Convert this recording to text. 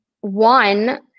one